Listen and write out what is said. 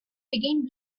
behind